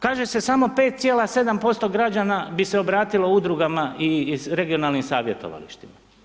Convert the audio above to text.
Kaže se samo 5,7% građana bi se obratilo udrugama i regionalnim savjetovalištima.